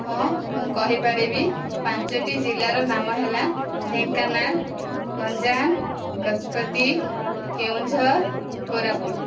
ହଁ ମୁଁ କହିପାରିବି ପାଞ୍ଚୋଟି ଜିଲ୍ଲାର ନାମ ହେଲା ଢେଙ୍କାନାଳ ଗଞ୍ଜାମ ଗଜପତି କେଉଁଝର କୋରାପୁଟ